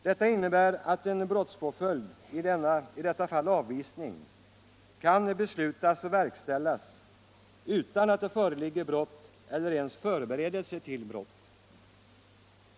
Detta innebär att en brottspåföljd — i detta fall avvisning — kan beslutas och verkställas utan att det föreligger brott eller ens förberedelse till brott.